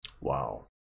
wow